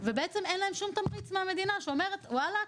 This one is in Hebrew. ובעצם אין להם שום תמריץ מהמדינה שאומרת: וואלה,